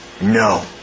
No